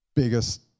biggest